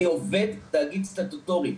אני עובד תאגיד סטטוטורי.